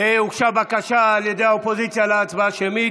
הוגשה בקשה על ידי האופוזיציה להצבעה שמית,